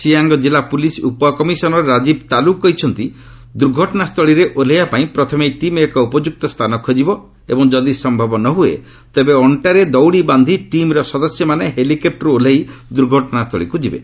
ସିଆଙ୍ଗ୍ କିଲ୍ଲା ପୁଲିସ୍ ଉପକମିଶନର୍ ରାଜୀବ୍ ତାକୁକ୍ କହିଛନ୍ତି ଦୁର୍ଘଟଣାସ୍ଥଳୀରେ ଓହ୍ଲାଇବାପାଇଁ ପ୍ରଥମେ ଏହି ଟିମ୍ ଏକ ଉପଯୁକ୍ତ ସ୍ଥାନ ଖୋଜିବ ଏବଂ ଯଦି ସମ୍ଭବ ନ ହୁଏ ତେବେ ଅକ୍ଷାରେ ଦଉଡ଼ି ବାନ୍ଧି ଟିମ୍ର ସଦସ୍ୟମାନେ ହେଲିକପ୍ଟରରୁ ଓହ୍ଲାଇ ଦୁର୍ଘଟଣାସ୍ଥଳୀକୁ ଯିବେ